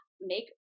make